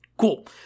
cool